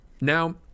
Now